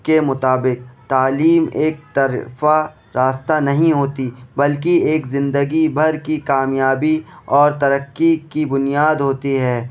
کے مطابق تعلیم ایک طرفہ راستہ نہیں ہوتی بلکہ ایک زندگی بھر کی کامیابی اور ترقی کی بنیاد ہوتی ہے